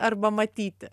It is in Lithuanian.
arba matyti